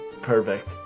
perfect